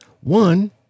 One